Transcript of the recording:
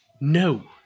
No